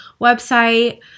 website –